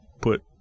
put